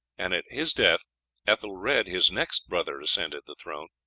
and at his death ethelred, his next brother, ascended the throne.